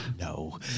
no